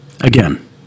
Again